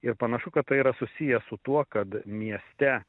ir panašu kad tai yra susiję su tuo kad mieste